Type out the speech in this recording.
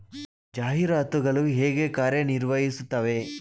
ಜಾಹೀರಾತುಗಳು ಹೇಗೆ ಕಾರ್ಯ ನಿರ್ವಹಿಸುತ್ತವೆ?